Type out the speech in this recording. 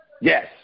Yes